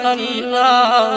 Allah